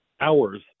hours